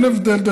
אין הבדל,